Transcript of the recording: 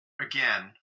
again